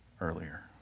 earlier